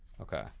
okay